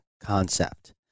concept